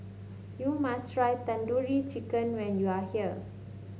you must try Tandoori Chicken when you are here